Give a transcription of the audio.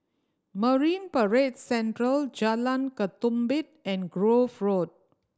Marine Parade Central Jalan Ketumbit and Grove Road